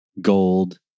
gold